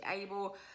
able